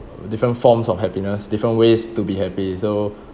different forms of happiness different ways to be happy so